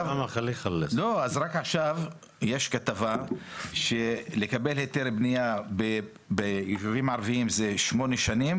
רק עכשיו יש כתבה שלקבל היתר בנייה בישובים ערבים זה שמונה שנים,